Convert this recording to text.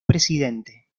presidente